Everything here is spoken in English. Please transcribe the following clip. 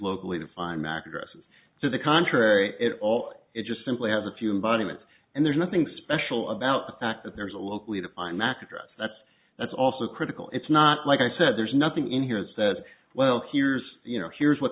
locally defined mac addresses to the contrary it all it just simply has a few embodiment and there's nothing special about the fact that there's a locally defined mac address that's that's also critical it's not like i said there's nothing in here it says well here's you know here's what